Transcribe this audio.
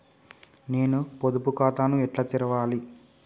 నేను పొదుపు ఖాతాను ఎట్లా తెరవాలి?